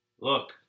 look